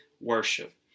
worship